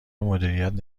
مدیریت